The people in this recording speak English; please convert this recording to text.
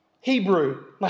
Hebrew